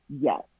yes